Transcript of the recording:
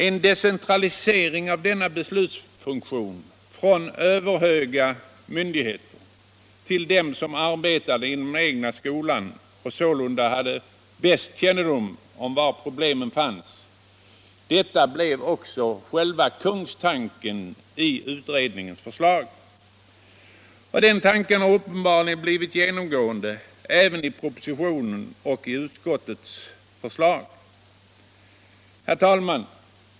En decentralisering av denna beslutsfunktion från ”överhöga” myndigheter till dem som arbetar inom den egna skolan — och sålunda har den bästa kännedomen om var problemen finns — blev också själva kungstanken i utredningens förslag. Den tanken har uppenbarligen blivit genomgående även i propositionen och i utskottets förslag. Herr talman!